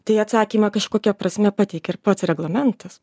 tai atsakymą kažkokia prasme pateikia ir pats reglamentas